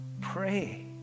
pray